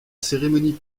cérémonie